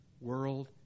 world